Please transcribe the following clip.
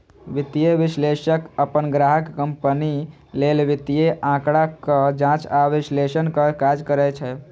वित्तीय विश्लेषक अपन ग्राहक कंपनी लेल वित्तीय आंकड़ाक जांच आ विश्लेषणक काज करै छै